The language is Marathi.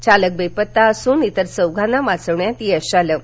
चालक बेपत्ता असून इतर चौघांना वाचविण्यात यश आलं आहे